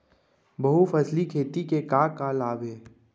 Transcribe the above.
बहुफसली खेती के का का लाभ हे?